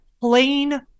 plain